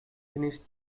finished